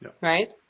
right